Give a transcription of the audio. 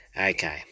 Okay